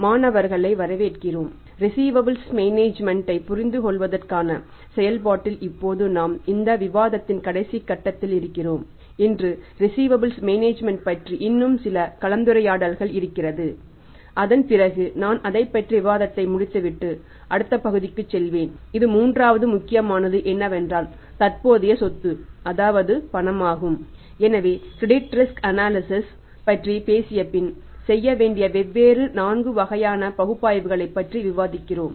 மாணவர்களை வரவேற்கிறோம் receivables management பற்றி பேசுவோம்